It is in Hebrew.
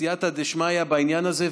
סייעתא דשמיא בעניין הזה.